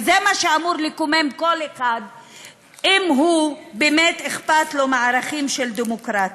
וזה מה שאמור לקומם כל אחד אם באמת אכפת לו מערכי הדמוקרטיה.